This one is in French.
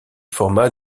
forma